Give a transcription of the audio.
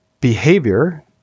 behavior